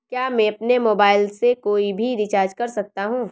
क्या मैं अपने मोबाइल से कोई भी रिचार्ज कर सकता हूँ?